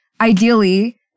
ideally